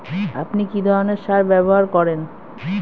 আপনি কী ধরনের সার ব্যবহার করেন?